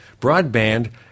broadband